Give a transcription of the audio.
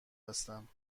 هستم